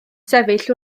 sefyll